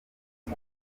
uko